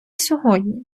сьогодні